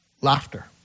laughter